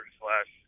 slash